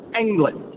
England